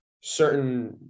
certain